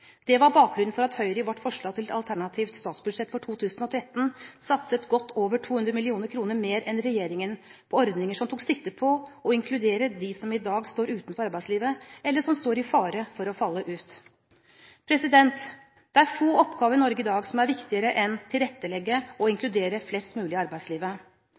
Det var bakgrunnen for at Høyre i sitt forslag til alternativt statsbudsjett for 2013 satset godt over 200 mill. kr mer enn regjeringen på ordninger som tok sikte på å inkludere dem som i dag står utenfor arbeidslivet, eller som står i fare for å falle ut. Det er få oppgaver i Norge i dag som er viktigere enn å tilrettelegge og inkludere flest mulig i arbeidslivet.